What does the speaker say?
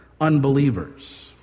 unbelievers